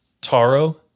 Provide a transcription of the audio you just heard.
taro